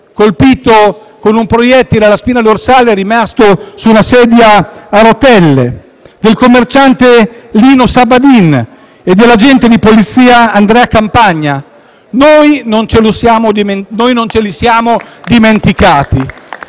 colpito con un proiettile alla spina dorsale e rimasto su una sedia a rotelle, del commerciante Lino Sabbadin e dell'agente di polizia Andrea Campagna? Noi non li abbiamo dimenticati